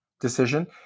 decision-